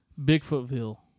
Bigfootville